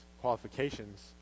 qualifications